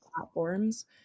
platforms